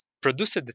produced